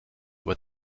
what